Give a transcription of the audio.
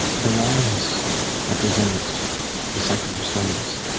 the lines represent the cycle of souls,